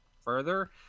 further